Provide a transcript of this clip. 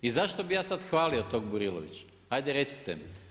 I zašto bih ja sad hvalio tog Burilovića hajde recite mi.